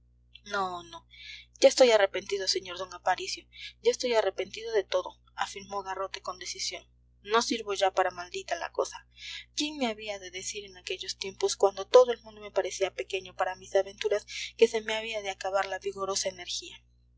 no no ya estoy arrepentido sr d aparicio ya estoy arrepentido de todo afirmó garrote con decisión no sirvo ya para maldita la cosa quién me había de decir en aquellos tiempos cuando todo el mundo me parecía pequeño para mis aventuras que se me había de acabar la vigorosa energía